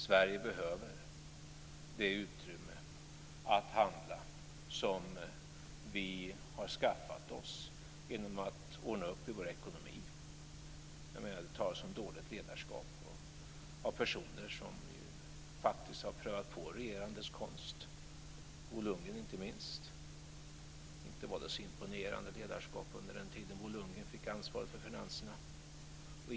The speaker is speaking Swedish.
Sverige behöver det utrymme för att handla som vi har skaffat oss genom att ordna upp i vår ekonomi. Vi har hört talas om dåligt ledarskap av personer som ju faktiskt har prövat på regerandets konst, Bo Lundgren inte minst. Inte var det så imponerande ledarskap under den tid Bo Lundgren fick ansvaret för finanserna.